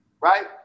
right